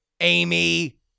Amy